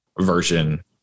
version